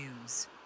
news